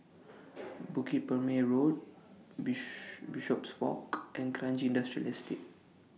Bukit Purmei Road Bishopswalk and Kranji Industrial Estate